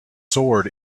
sword